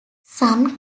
some